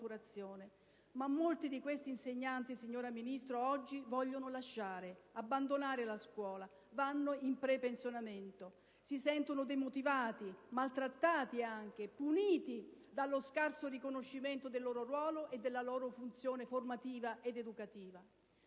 Molti di quegli insegnanti, signora Ministro, oggi vogliono lasciare, abbandonare la scuola: vanno in prepensionamento. Si sentono demotivati, maltrattati anche, puniti dallo scarso riconoscimento del loro ruolo e della loro funzione formativa ed educativa.